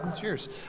Cheers